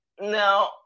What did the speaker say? now